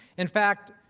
in fact